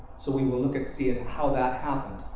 so we will look and see ah how that happened.